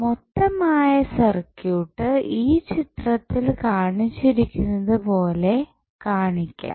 മൊത്തമായ circuit ഈ ചിത്രത്തിൽ കാണിച്ചിരിക്കുന്നത് പോലെ കാണിക്കാം